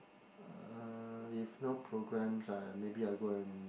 uh if no programs I maybe I go and